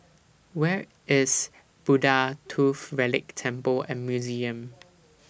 Where IS Buddha Tooth Relic Temple and Museum